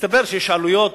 מסתבר שיש עלויות